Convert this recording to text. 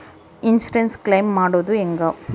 Insurance claim ಮಾಡೋದು ಹೆಂಗ?